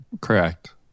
correct